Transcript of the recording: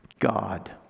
God